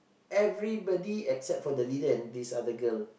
everybody except for the leader and this other girl